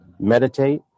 Meditate